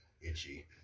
itchy